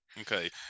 Okay